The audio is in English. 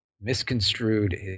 misconstrued